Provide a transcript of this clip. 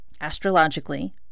astrologically